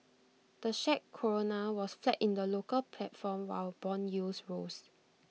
the Czech Koruna was flat in the local platform while Bond yields rose